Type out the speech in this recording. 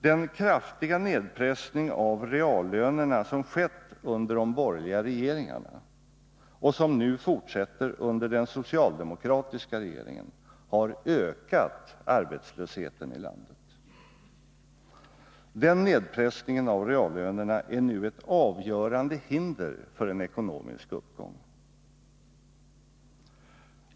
Den kraftiga nedpressning av reallönerna som skett under de borgerliga regeringarna, och som nu fortsätter under den socialdemokratiska regeringen, har ökat arbetslösheten ilandet. Den nedpressningen av reallönerna är nu ett avgörande hinder för en ekonomisk uppgång.